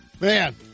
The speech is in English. Man